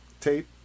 tape